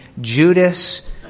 Judas